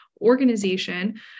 organization